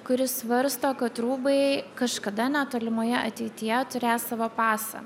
kuri svarsto kad rūbai kažkada netolimoje ateityje turės savo pasą